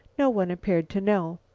no one appeared to know.